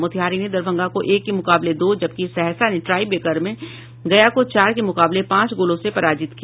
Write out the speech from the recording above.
मोतिहारी ने दरभंगा को एक के मुकाबले दो जबकि सहरसा ने टाई ब्रेकर में गया को चार के मुकाबले पांच गोालों से पराजित किया